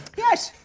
yes.